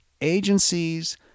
agencies